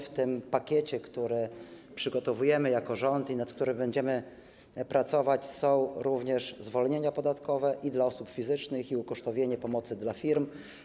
W pakiecie, który przygotowujemy jako rząd i nad którym będziemy pracować, są również zwolnienia podatkowe dla osób fizycznych i ukosztowienie pomocy dla firm.